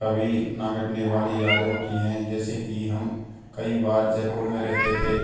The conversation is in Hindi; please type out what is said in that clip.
कभी न मिटने वाली यादें होती हैं जैसे कि हम कई बार जयपुर में रहते थे